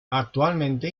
actualmente